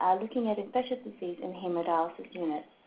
um looking at infectious disease in hemodialysis units,